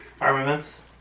armaments